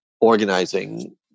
organizing